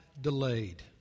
delayed